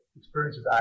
experiences